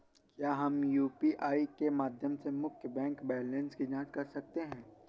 क्या हम यू.पी.आई के माध्यम से मुख्य बैंक बैलेंस की जाँच कर सकते हैं?